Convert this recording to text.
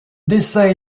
dessein